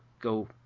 go